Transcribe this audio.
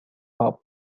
pop